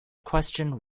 question